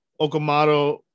Okamoto